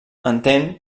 entén